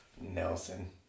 Nelson